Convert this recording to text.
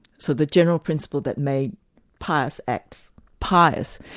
so the general principle that made pious acts pious,